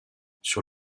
sur